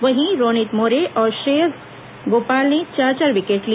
वहीं रोनित मोरे और श्रेयस गोपाल ने चार चार विकेट लिए